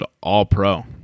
all-pro